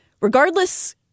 regardless